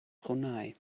brunei